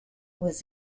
was